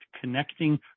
connecting